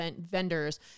vendors